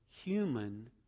human